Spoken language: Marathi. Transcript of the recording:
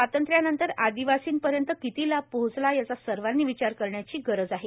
स्वातंत्र्यानंतर आदिवासी पर्यंत किती लाभ पोहोचला याचा सर्वांनी विचार करण्याची गरज आहे